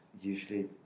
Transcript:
Usually